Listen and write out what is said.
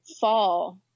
fall